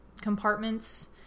compartments